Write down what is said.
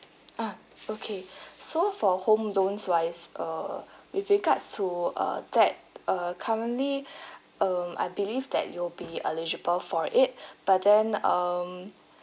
ah okay so for home loans wise err with regards to uh that uh currently um I believe that you'll be eligible for it but then um